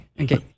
Okay